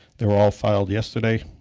they were all filed yesterday,